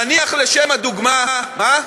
נניח לשם הדוגמה, מה?